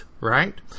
right